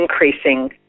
increasing